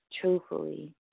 truthfully